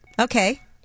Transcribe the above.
Okay